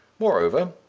moreover,